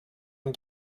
and